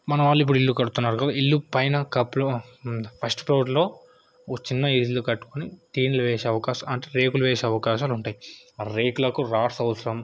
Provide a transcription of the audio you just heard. మన వాళ్ళు ఇప్పుడు ఇల్లు కడుతున్నారు ఇల్లు పైన కప్లో ఫస్ట్ ఫ్లోర్లో ఓ చిన్న ఇల్లు కట్టుకుని టీన్లు వేసే అవకాశాలు అంటే రేకులు వేసే అవకాశాలు ఉంటాయి రేకులకు రాడ్స్ అవసరం